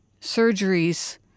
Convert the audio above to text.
surgeries